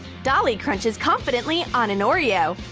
dolly crunches confidently on an oreo.